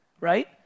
right